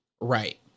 Right